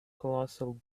colossal